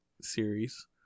series